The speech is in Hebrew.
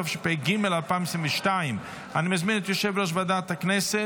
התשפ"ג 2022. אני מזמין את יושב-ראש ועדת הכנסת